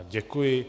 Děkuji.